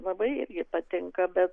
labai patinka bet